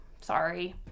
Sorry